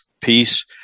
peace